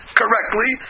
correctly